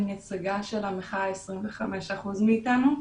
אני נציגה של המחאה 25% מאתנו.